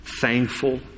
Thankful